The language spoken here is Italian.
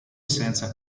senza